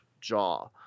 jaw